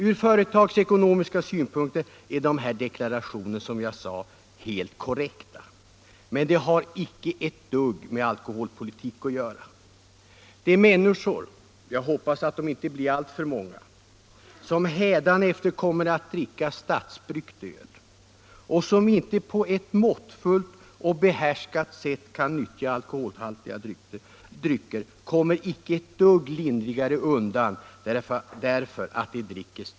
Från företagsekonomiska synpunkter är de här deklarationerna som jag sade helt korrekta, men de har inte ett dugg med alkoholpolitik att göra. De människor — jag hoppas att de inte blir alltför många — som hädanefter kommer att dricka statsbryggt öl och som inte på ett måttfullt och behärskat sätt kan nyttja alkoholhaltiga drycker kommer inte ett dugg lindrigare undan.